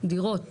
דירות